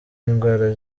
indwara